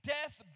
death